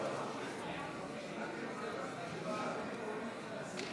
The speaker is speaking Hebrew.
הבא הוא הצעת